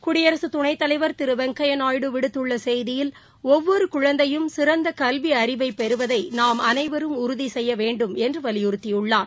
குடியரசுத் துணைத் தலைவர் திருவெங்கையாநாயுடு விடுத்துள்ளசெய்தியில் ஒவ்வொருகுழந்தையும் சிறந்தகல்விஅறிவைபெறுவதைநாம் அனைவரும் உறுதிசெய்யவேண்டும் என்றுவலியுறத்தியுள்ளார்